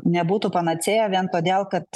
nebūtų panacėja vien todėl kad